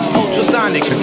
Ultrasonic